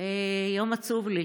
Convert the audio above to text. יום עצוב לי.